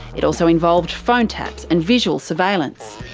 it also involved phone taps and visual surveillance.